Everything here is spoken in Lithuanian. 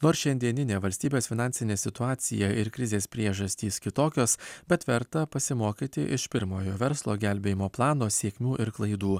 nors šiandieninė valstybės finansinė situacija ir krizės priežastys kitokios bet verta pasimokyti iš pirmojo verslo gelbėjimo plano sėkmių ir klaidų